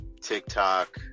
TikTok